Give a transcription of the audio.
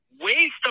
waste